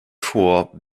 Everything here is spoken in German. vor